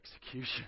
execution